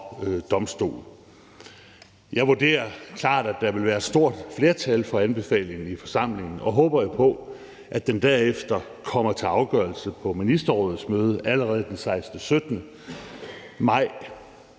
domstol. Jeg vurderer klart, at der vil være et stort flertal for anbefalingen i forsamlingen, og jeg håber jo på, at den derefter kommer til afgørelse på ministerrådsmødet allerede den 16.-17. maj